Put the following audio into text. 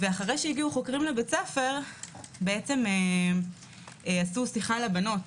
אחרי שהגיעו חוקרים לבית הספר עשו שיחה לבנות.